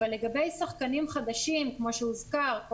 אבל לגבי שחקנים חדשים כמו שהוזכר,